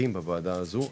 מחוקקים בוועדה הזו,